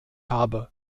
habe